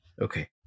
Okay